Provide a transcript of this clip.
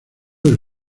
del